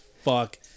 fuck